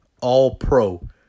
all-pro